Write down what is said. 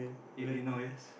it in our ears